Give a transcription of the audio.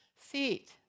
seat